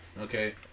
okay